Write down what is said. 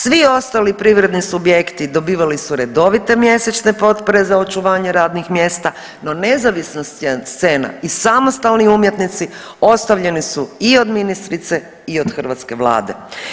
Svi ostali privredni subjekti dobivali su redovite mjesečne potpore za očuvanje radnih mjesta, no nezavisna scena i samostalni umjetnici ostavljeni su i od ministrice i od hrvatske Vlade.